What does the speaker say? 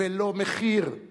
ולא "מחיר";